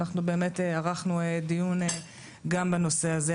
אנחנו ערכנו דיון גם בנושא הזה.